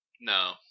No